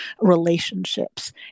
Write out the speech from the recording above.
relationships